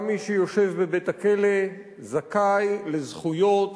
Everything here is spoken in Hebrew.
גם מי שיושב בבית-הכלא זכאי לזכויות,